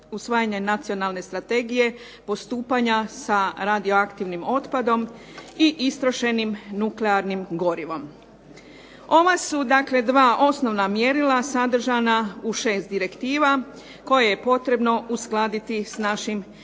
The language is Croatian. te na usvajanje nacionalne strategije postupanja sa radioaktivnim otpadom i istrošenim nuklearnim gorivom. Ova su dakle 2 osnovna mjerila sadržana u 6 direktiva koje je potrebno uskladiti s našim